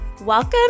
Welcome